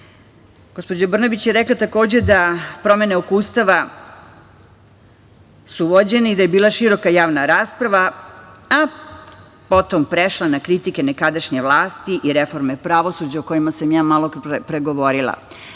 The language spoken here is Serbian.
Brnabić je rekla takođe da promene oko Ustava su vođene i da je bila široka javna rasprava, a potom prešla na kritike nekadašnje vlasti i reforme pravosuđa, o kojima sam ja malopre govorila. Znači,